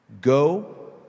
Go